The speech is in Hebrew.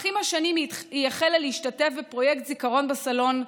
אך עם השנים היא החלה להשתתף בפרויקט זיכרון בסלון.